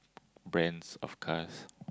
brands of cars